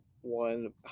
one